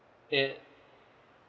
in